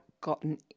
gotten